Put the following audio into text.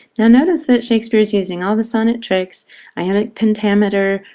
now notice that shakespeare's using all the sonnet tricks iambic pentameter,